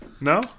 No